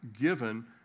given